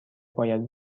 باید